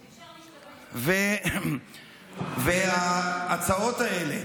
אי-אפשר להשתמש במילה פשיזם, וההצעות האלה,